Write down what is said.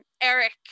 Eric